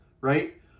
right